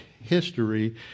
history